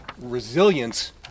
resilience